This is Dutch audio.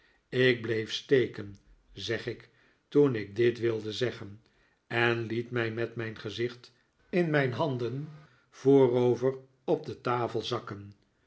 ik bleef steken zeg ik toen ik dit wilde zeggen en liet mij met mijn gezicht in mijn handen voorover op de tafel